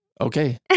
Okay